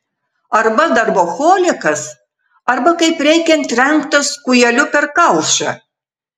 arba darboholikas arba kaip reikiant trenktas kūjeliu per kaušą